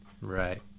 Right